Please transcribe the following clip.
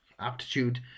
aptitude